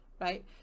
right